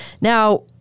Now